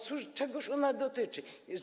Czegóż ona dotyczy?